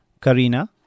Karina